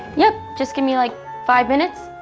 yep, just gimme like five minutes.